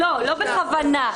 לא בכוונה.